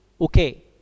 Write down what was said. okay